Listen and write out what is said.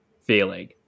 feeling